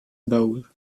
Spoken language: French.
bowl